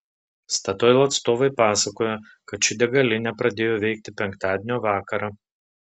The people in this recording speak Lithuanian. statoil atstovai pasakojo kad ši degalinė pradėjo veikti penktadienio vakarą